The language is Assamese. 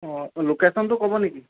অঁ ল'কেচনটো ক'ব নেকি